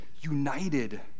united